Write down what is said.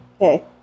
Okay